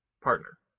partner